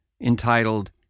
entitled